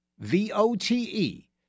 V-O-T-E